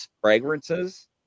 fragrances